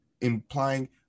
implying